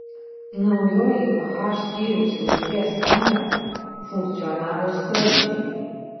naujoji h skyriaus mirties kamera funkcionavo sklandžiai